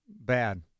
Bad